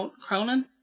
Cronin